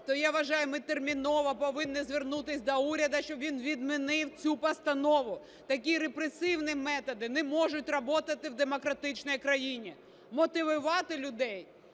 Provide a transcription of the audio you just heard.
то я вважаю, ми терміново повинні звернутися до уряду, щоб він відмінив цю постанову. Такі репресивні методи не можуть работати в демократичній країні. Мотивувати людей,